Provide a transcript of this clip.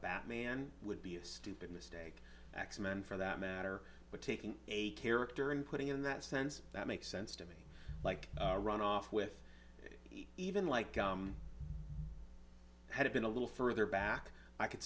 batman would be a stupid mistake x men for that matter but taking a character and putting in that sense that makes sense to me like a run off with even like had it been a little further back i could